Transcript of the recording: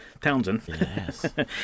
Townsend